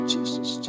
Jesus